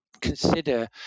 consider